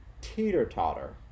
teeter-totter